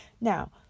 Now